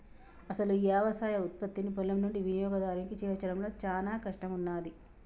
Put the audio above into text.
అసలు యవసాయ ఉత్పత్తిని పొలం నుండి వినియోగదారునికి చేర్చడంలో చానా కష్టం ఉన్నాది